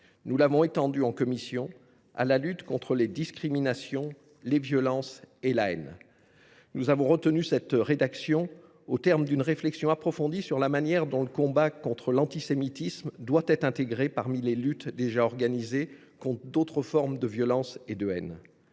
Nous l’avons étendu en commission à la lutte contre les discriminations, les violences et la haine. Nous avons retenu cette rédaction au terme d’une réflexion approfondie sur la manière dont le combat contre l’antisémitisme doit s’articuler aux luttes déjà menées contre d’autres formes de violence et de haine.